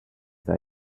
that